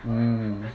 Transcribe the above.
mm